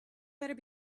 better